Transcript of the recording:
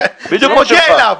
בדיוק עוד אחד.